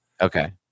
Okay